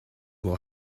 will